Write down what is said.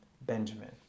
Benjamin